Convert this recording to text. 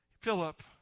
Philip